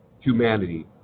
humanity